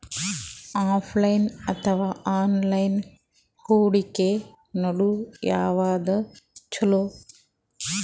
Offline ಅಥವಾ online ಹೂಡಿಕೆ ನಡು ಯವಾದ ಛೊಲೊ?